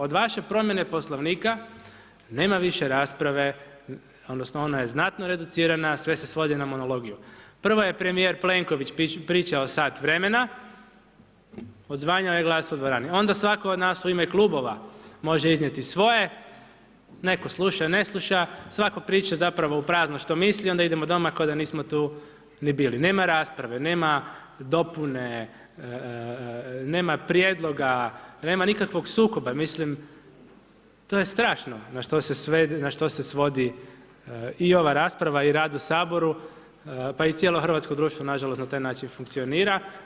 Od vaše promjene Poslovnika, nema više rasprave odnosno ona je znatno reducirana, sve se svodi na monologiju, prvo je premijer Plenković sta vremena, odzvanjao je glas u dvorani onda svatko od nas u ime klubova može iznijeti svoje, netko sluša, ne sluša, svako priča zapravo u prazno što misli onda idemo doma kao da nismo tu ni bili, nema rasprave, nema dopune, nema prijedloga, nema nikakvog sukoba, mislim to je strašno na što se svodi i ova rasprava i rad u Saboru pa i cijelo hrvatsko društvo nažalost na taj način funkcionira.